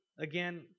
again